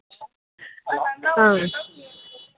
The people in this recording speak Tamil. ஆ